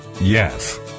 Yes